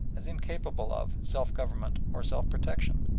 as incapable of, self-government, or self-protection.